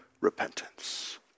repentance